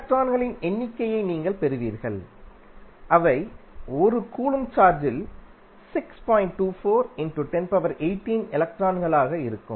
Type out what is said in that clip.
எலக்ட்ரான்களின் எண்ணிக்கையை நீங்கள் பெறுவீர்கள் அவை 1 கூலொம்ப் சார்ஜ் இல் எலக்ட்ரான்களாக இருக்கும்